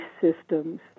systems